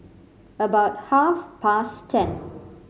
about half past ten